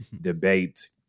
debate